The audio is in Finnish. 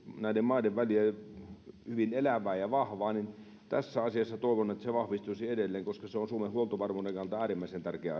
näiden maiden välillä hyvin elävää ja vahvaa ja tässä asiassa toivon että se vahvistuisi edelleen koska se on suomen huoltovarmuuden kannalta äärimmäisen tärkeä